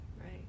Right